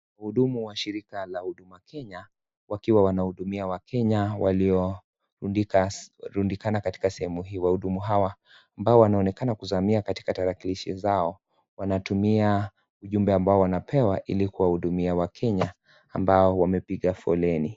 Muhudumu wa shirika la huduma Kenya wakiwa wanahudumia wakenya walio rundikana katika sehemu hii wahudumu hawa ambao wanaonekana kuzamia katika tarakilishi zao wanatumia ujumbe ambao wanapewa ilikuwaudumia wakenya ambao wamepiga foleni.